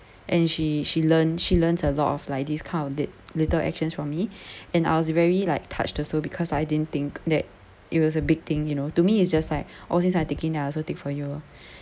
and she she learnt she learnt a lot of like this kind of lit~ little actions from me and I was very like touched her so because I didn't think that it was a big thing you know to me it's just like oh since I taking I also take for you lah